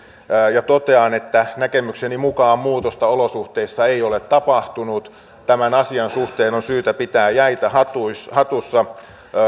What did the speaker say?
ja totean että näkemykseni mukaan muutosta olosuhteissa ei ole tapahtunut tämän asian suhteen on syytä pitää jäitä hatussa hatussa